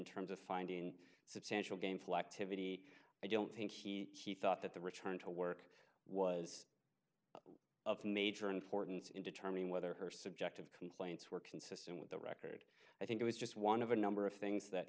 terms of finding substantial game selectively i don't think he he thought that the return to work was of major importance in determining whether her subjective complaints were consistent with the record i think it was just one of a number of things that